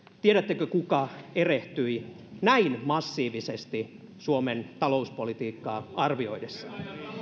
tiedättekö kuka erehtyi näin massiivisesti suomen talouspolitiikkaa arvioidessaan